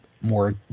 more